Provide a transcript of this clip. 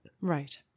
right